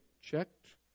checked